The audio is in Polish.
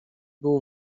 był